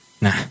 Nah